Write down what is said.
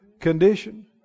condition